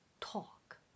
talk